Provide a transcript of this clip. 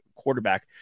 quarterback